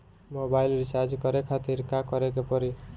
Mobile recharge करे खातिर का करे के पड़ी?